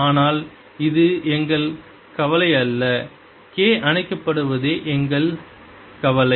ஆனால் அது எங்கள் கவலை அல்ல K அணைக்கப்படுவதே எங்கள் கவலை